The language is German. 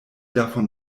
davon